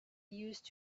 used